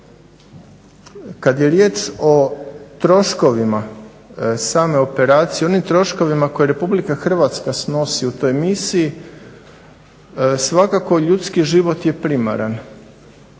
Kad je riječ o troškovima same operacije, onim troškovima koje RH snosi u toj misiji svakako ljudski život je primaran,